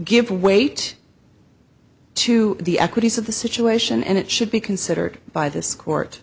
give weight to the equities of the situation and it should be considered by this court